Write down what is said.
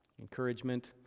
Encouragement